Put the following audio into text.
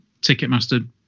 Ticketmaster